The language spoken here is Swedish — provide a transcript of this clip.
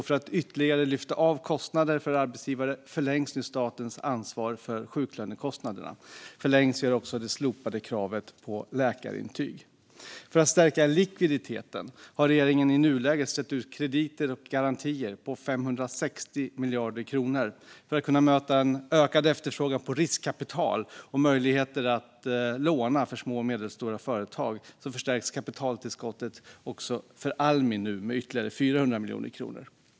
För att ytterligare lyfta av kostnader för arbetsgivare förlängs nu statens ansvar för sjuklönekostnaderna. Även det slopade kravet på läkarintyg förlängs. För att stärka likviditeten har regeringen i nuläget ställt ut krediter och garantier på 560 miljarder kronor. För att kunna möta en ökad efterfrågan på riskkapital och öka möjligheterna att låna för små och medelstora företag förstärks kapitaltillskottet till Almi med ytterligare 400 miljoner kronor.